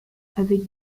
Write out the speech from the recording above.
avec